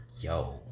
yo